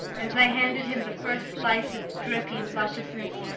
as i handed him the first slice of drippy lusciousness,